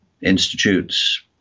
Institutes